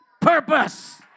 purpose